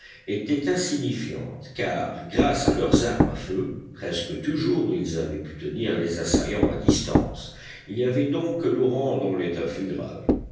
étaient insignifiantes car grâce à leurs armes à feu presque toujours ils avaient pu tenir les assaillants à distance il n'y avait donc que l'orang dont l'état fût grave